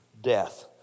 death